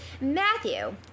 Matthew